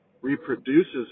reproduces